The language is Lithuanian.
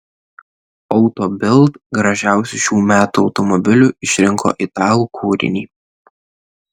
auto bild gražiausiu šių metų automobiliu išrinko italų kūrinį